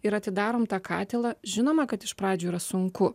ir atidarom tą katilą žinoma kad iš pradžių yra sunku